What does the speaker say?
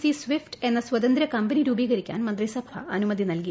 C swift എന്ന സ്വതന്ത്ര കമ്പനി രൂപീകരിക്കാൻ മന്ത്രിസഭ അനുമതി നൽകി